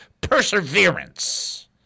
Perseverance